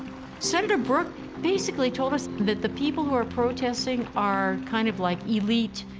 senator brooke basically told us that the people who are protesting are kind of like elite